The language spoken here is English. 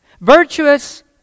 Virtuous